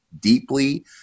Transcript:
deeply